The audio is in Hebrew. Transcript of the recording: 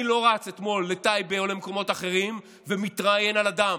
אני לא רצתי אתמול לטייבה או למקומות אחרים והתראיינתי על הדם.